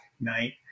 Night